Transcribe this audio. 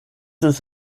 ist